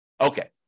Okay